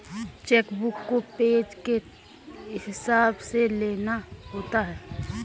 check book को page के हिसाब से लेना होता है